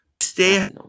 stay